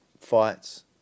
fights